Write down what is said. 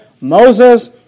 Moses